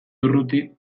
urruti